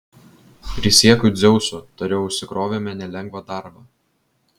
prisiekiu dzeusu tariau užsikrovėme nelengvą darbą